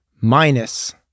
minus